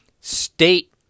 state